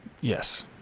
Yes